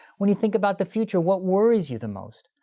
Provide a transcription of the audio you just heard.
when you think about the future, what worries you the most?